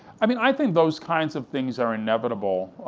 i mean i think those kinds of things are inevitable,